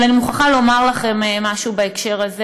אני מוכרחה לומר לכם משהו בהקשר הזה,